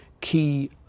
key